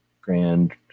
grand